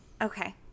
Okay